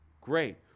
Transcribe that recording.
great